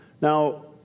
Now